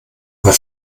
bei